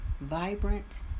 Vibrant